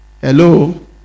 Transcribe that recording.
hello